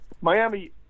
Miami